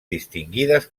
distingides